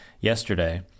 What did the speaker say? yesterday